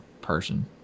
person